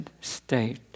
state